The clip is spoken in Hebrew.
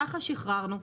ככה שחררנו.